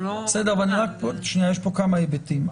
יש פה כמה היבטים.